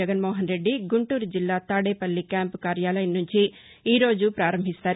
జగన్మోహన్ రెడ్డి గుంటూరు జిల్లా తాదేపల్లి క్వాంపు కార్యాలయం నుంచి ఈరోజు ప్రారంభిస్తారు